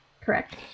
correct